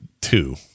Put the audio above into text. two